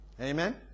Amen